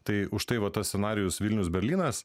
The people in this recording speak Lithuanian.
tai užtai va tas scenarijus vilnius berlynas